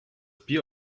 bier